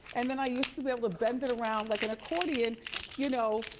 and then i used to be able to bend it around like an accordion you know,